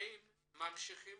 האם ממשיכים